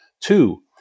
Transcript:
two